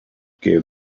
gave